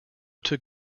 took